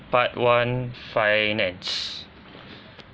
part one finance